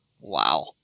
Wow